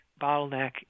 bottleneck